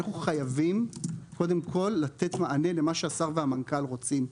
אנחנו חייבים קודם כל לתת מענה למה שהשר והמנכ"ל רוצים.